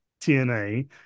TNA